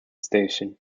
station